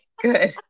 Good